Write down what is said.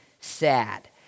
sad